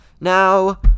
Now